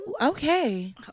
Okay